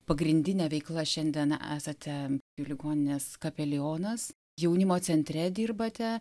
pagrindine veikla šiandien esate ligoninės kapelionas jaunimo centre dirbate